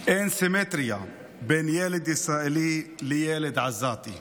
סימטריה בין ילד ישראלי לילד עזתי",